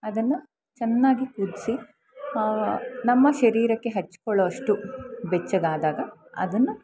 ಅದನ್ನು ಚನ್ನಾಗಿ ಕುದಿಸಿ ನಮ್ಮ ಶರೀರಕ್ಕೆ ಹಚ್ಕೊಳ್ಳುವಷ್ಟು ಬೆಚ್ಚಗಾದಾಗ ಅದನ್ನು